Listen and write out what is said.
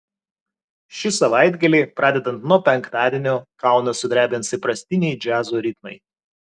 šį savaitgalį pradedant nuo penktadienio kauną sudrebins įprastiniai džiazo ritmai